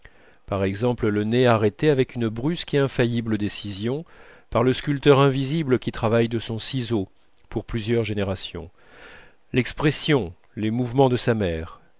par exemple le nez arrêté avec une brusque et infaillible décision par le sculpteur invisible qui travaille de son ciseau pour plusieurs générations l'expression les mouvements de sa mère